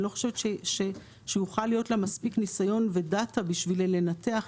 אני לא חושבת שיוכל להיות לה מספיק ניסיון ומידע בשביל לנתח,